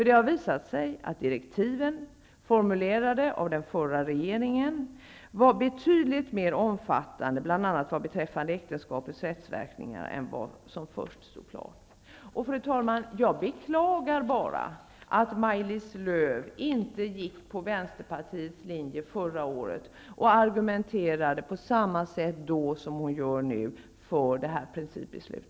Det har visat sig att de direktiv som den förra regeringen formulerade var betydligt mer omfattande, bl.a. vad beträffar äktenskapets rättsverkningar, än man först trodde. Fru talman! Jag beklagar att Maj-Lis Lööw inte gick på Vänsterpartiets linje förra året och argumenterade för det här principbeslutet på samma sätt då som hon gör nu.